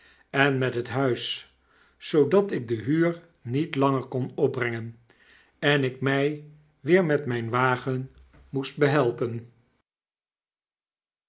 en met het huis zoodat ik de huur niet langer kon opbrengen en ik mij weer met myn wagen moest behelpen